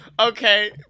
okay